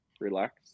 relax